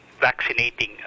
vaccinating